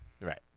right